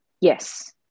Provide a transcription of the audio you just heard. Yes